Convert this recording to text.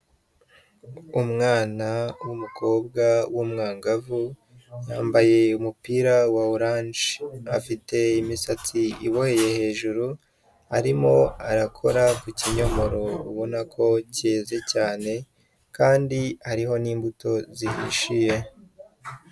Umwana w'umukobwa w'umwangavu yambaye umupira wa oranje, afite imisatsi iboheye hejuru, arimo arakora ku kinyomoro ubona ko cyeze cyane kandi hariho n'imbuto zihishiye.